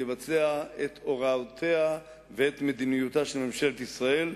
יבצע את הוראותיה ואת מדיניותה של ממשלת ישראל,